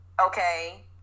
okay